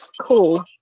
cool